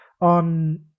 on